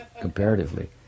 Comparatively